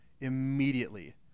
immediately